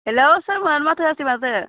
hello सोरमोन माथो होयासै माथो